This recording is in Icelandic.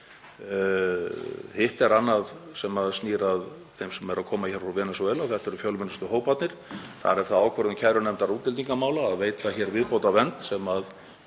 Hitt er annað sem snýr að þeim sem eru að koma frá Venesúela og þetta eru fjölmennustu hóparnir. Þar er það ákvörðun kærunefndar útlendingamála að veita viðbótarvernd, sem